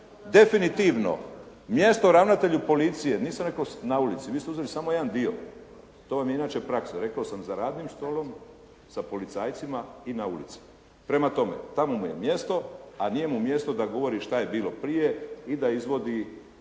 definitivno mjesto ravnatelju policije, nisam rekao na ulici, vi ste uzeli samo jedan dio. To vam je inače praksa. Rekao sam za radnim stolom, sa policajcima i na ulici. Prema tome, tamo mu je mjesto, a nije da govori što je bilo prije i da izvodi